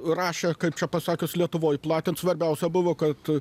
rašė kaip čia pasakius lietuvoj platint svarbiausia buvo kad